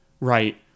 Right